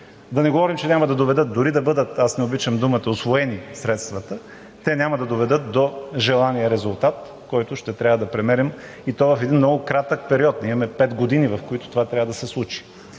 Да не говорим, че дори да бъдат – аз не обичам думата – усвоени средствата, те няма да доведат до желания резултат, който ще трябва да премерим, и то в един много кратък период. Ние имаме пет години, в които това трябва да се случи.